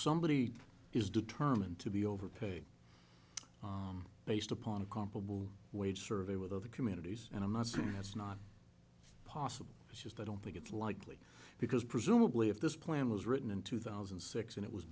somebody is determined to be overpaying based upon a comparable wage survey with other communities and i'm not saying that's not possible it's just i don't think it's likely because presumably if this plan was written in two thousand and six and it was